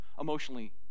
emotionally